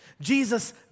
Jesus